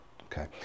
okay